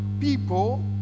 people